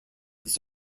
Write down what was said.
this